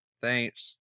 thanks